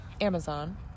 Amazon